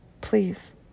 Please